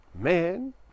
Man